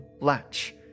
latch